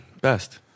Best